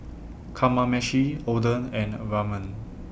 Kamameshi Oden and Ramen